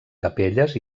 capelles